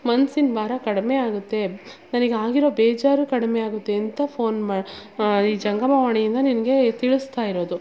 ಮನ್ಸಿನ ಭಾರ ಕಡಿಮೆ ಆಗುತ್ತೆ ನನಿಗೆ ಆಗಿರೊ ಬೇಜಾರು ಕಡಿಮೆ ಆಗುತ್ತೆ ಅಂತ ಫೋನ್ ಮಾ ಈ ಜಂಗಮವಾಣಿಯಿಂದ ನಿನಗೆ ತಿಳಿಸ್ತಾ ಇರೋದು